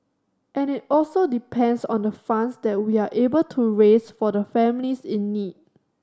and it also depends on the funds that we are able to raise for the families in need